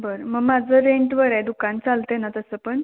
बर मग माझं रेंटवर आहे दुकान चालतं आहे ना तसं पण